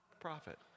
profit